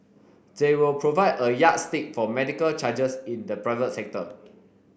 they will provide a yardstick for medical charges in the private sector